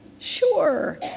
sure.